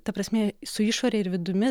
ta prasme su išore ir vidumi